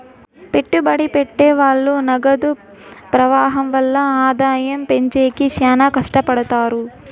పెట్టుబడి పెట్టె వాళ్ళు నగదు ప్రవాహం వల్ల ఆదాయం పెంచేకి శ్యానా కట్టపడుతారు